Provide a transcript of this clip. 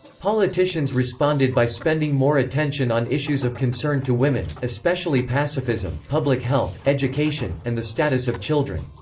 politicians responded by spending more attention on issues of concern to women, especially pacifism, public health, education, and the status of children.